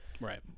Right